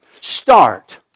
Start